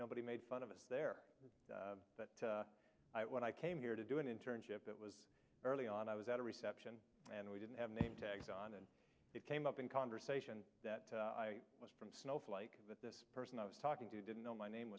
nobody made fun of us there but when i came here to do an internship it was early on i was at a reception and we didn't have name tags on and it came up in conversation that i was from snowflake that this person i was talking to didn't know my name